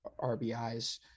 RBIs